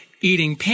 eating